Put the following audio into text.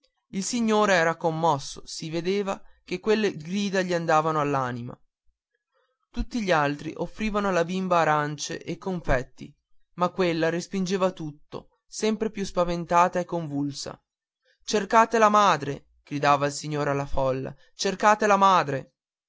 il signore era commosso si vedeva che quelle grida gli andavano all'anima tutti gli altri offrivano alla bimba arancie e confetti ma quella respingeva tutto sempre più spaventata e convulsa cercate la madre gridava il signore alla folla cercate la madre